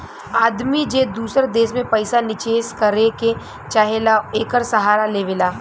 आदमी जे दूसर देश मे पइसा निचेस करे के चाहेला, एकर सहारा लेवला